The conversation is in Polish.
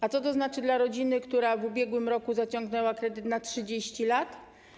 A co to znaczy dla rodziny, która w ubiegłym roku zaciągnęła kredyt na 30 lat?